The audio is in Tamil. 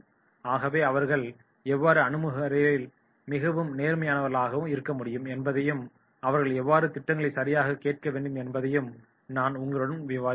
ஆகவே அவர்கள் எவ்வாறு அணுகுமுறையில் மிகவும் நேர்மறையானவர்களாக இருக்க முடியும் என்பதையும் அவர்கள் எவ்வாறு திட்டங்களை சரியாகக் கேட்க வேண்டும் என்பதையும் நான் உங்களுடன் விவாதிப்பேன்